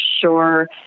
sure